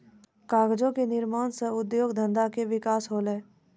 कागजो क निर्माण सँ उद्योग धंधा के विकास होलय